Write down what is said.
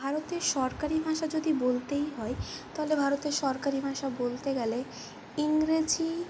ভারতের সরকারি ভাষা যদি বলতেই হয় তাহলে ভারতের সরকারি ভাষা বলতে গেলে ইংরেজি